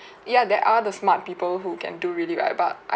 ya there are the smart people who can do really well but I